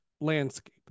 landscape